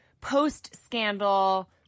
post-scandal